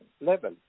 level